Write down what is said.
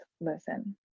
listen